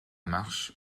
marche